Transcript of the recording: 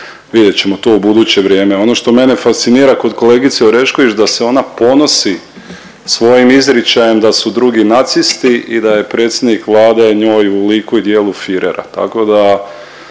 vidjet ćemo to u buduće vrijeme. Ono što mene fascinira kod kolegice Orešković da se ona ponosi svojim izričajem da su drugi nacisti i da je predsjednik Vlade njoj u liku i djelu Führera,